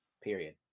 Period